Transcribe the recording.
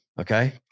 Okay